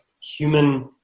human